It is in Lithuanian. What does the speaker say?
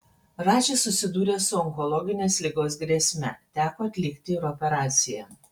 radžis susidūrė su onkologinės ligos grėsme teko atlikti ir operaciją